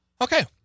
Okay